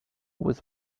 was